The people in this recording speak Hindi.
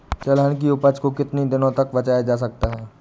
तिलहन की उपज को कितनी दिनों तक बचाया जा सकता है?